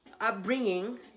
upbringing